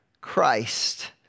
Christ